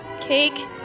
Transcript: cake